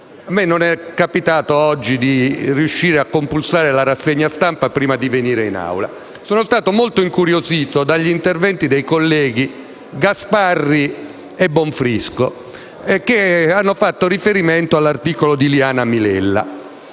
sono così riuscito oggi a compulsare la rassegna stampa prima di arrivare in Aula. Sono stato molto incuriosito dagli interventi dei colleghi Gasparri e Bonfrisco, che hanno fatto riferimento all'articolo di Liana Milella